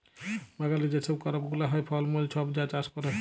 বাগালে যে ছব করপ গুলা হ্যয়, ফল মূল ছব যা চাষ ক্যরে